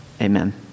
amen